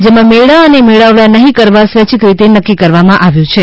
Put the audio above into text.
જેમાં મેળા અને મેળાવડા નહીં કરવા સ્વૈચ્છિક રીતે નક્કી કરવામાં આવ્યું છે